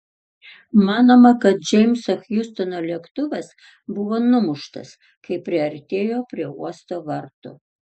manoma kad džeimso hjustono lėktuvas buvo numuštas kai priartėjo prie uosto vartų